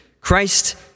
Christ